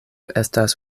estas